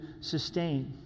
sustain